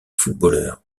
footballeur